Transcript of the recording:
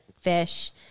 fish